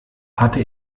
hatte